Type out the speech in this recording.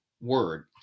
word